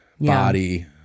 body